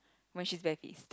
when she's very pissed